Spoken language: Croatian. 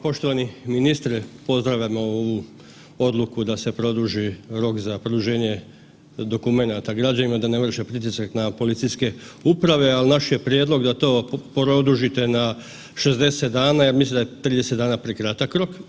Poštovani ministre, pozdravljam ovu odluku da se produži rok za produženje dokumenata građanima da ne vrše pritisak na policijske uprave, al naš je prijedlog da to produžite na 60 dana jer mislim da je 30 dana prekratak rok.